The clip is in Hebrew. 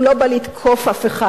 הוא לא בא לתקוף אף אחד,